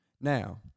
Now